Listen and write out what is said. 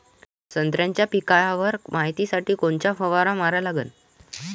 संत्र्याच्या पिकावर मायतीसाठी कोनचा फवारा मारा लागन?